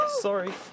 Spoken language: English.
Sorry